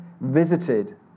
Visited